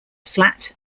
flat